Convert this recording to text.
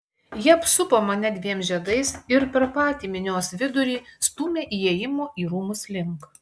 jie apsupo mane dviem žiedais ir per patį minios vidurį stūmė įėjimo į rūmus link